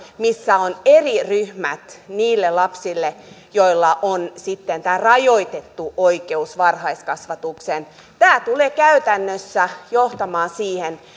missä on eri ryhmät niille lapsille joilla on sitten tämä rajoitettu oikeus varhaiskasvatukseen tämä tulee käytännössä johtamaan siihen